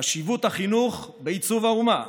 חשיבות החינוך בעיצוב האומה,